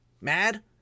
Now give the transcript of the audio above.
mad